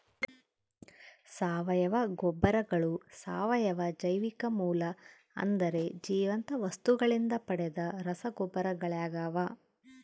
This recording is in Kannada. ಸಾವಯವ ಗೊಬ್ಬರಗಳು ಸಾವಯವ ಜೈವಿಕ ಮೂಲ ಅಂದರೆ ಜೀವಂತ ವಸ್ತುಗಳಿಂದ ಪಡೆದ ರಸಗೊಬ್ಬರಗಳಾಗ್ಯವ